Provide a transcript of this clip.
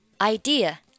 idea